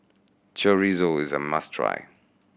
chorizo is a must try